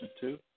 two